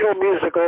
musical